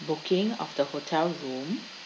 booking of the hotel room